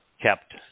kept